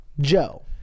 Joe